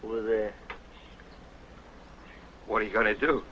get it what are you going to do